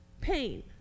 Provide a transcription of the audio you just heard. pain